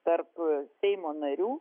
tarp seimo narių